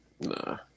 nah